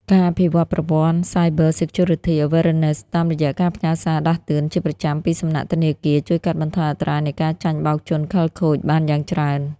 ការអភិវឌ្ឍប្រព័ន្ធ Cyber Security Awareness តាមរយៈការផ្ញើសារដាស់តឿនជាប្រចាំពីសំណាក់ធនាគារ ជួយកាត់បន្ថយអត្រានៃការចាញ់បោកជនខិលខូចបានយ៉ាងច្រើន។